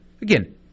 again